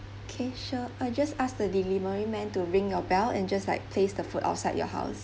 K sure I'll just ask the delivery man to ring your bell and just like place the food outside your house